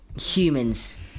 Humans